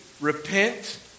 Repent